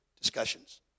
discussions